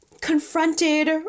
confronted